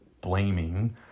blaming